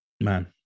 man